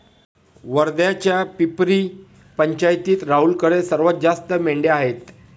वर्ध्याच्या पिपरी पंचायतीत राहुलकडे सर्वात जास्त मेंढ्या आहेत